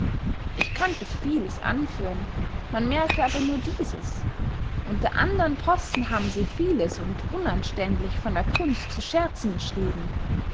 ich könnte vieles anführen man merke aber nur dieses unter andern possen haben sie vieles und unanständlich von der kunst zu scherzen geschrieben